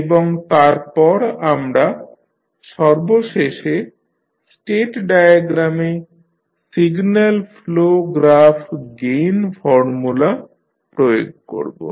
এবং তারপর আমরা সর্বশেষে স্টেট ডায়াগ্রামে signal flow graph gain formula প্রয়োগ করব